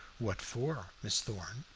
what for, miss thorn?